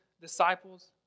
disciples